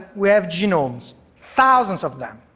we have genomes thousands of them.